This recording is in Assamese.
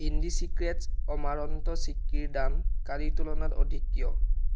ইণ্ডিচিক্ৰেট্ছ অমাৰন্ত চিক্কিৰ দাম কালিৰ তুলনাত অধিক কিয়